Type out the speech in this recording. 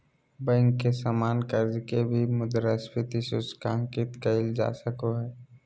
bank के सामान्य कर्ज के भी मुद्रास्फीति सूचकांकित कइल जा सको हइ